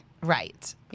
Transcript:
right